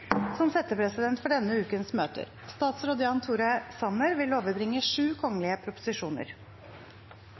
som settepresident for denne ukens møter.